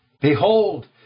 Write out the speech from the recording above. behold